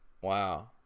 Wow